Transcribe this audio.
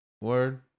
word